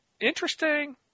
interesting